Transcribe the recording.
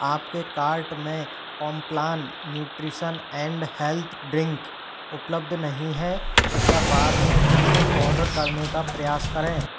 आपके कार्ट में Complan nutrition and health drink उपलब्ध नहीं है कृपया बाद में फिर से ऑर्डर करने का प्रयास करें